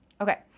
Okay